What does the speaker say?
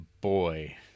boy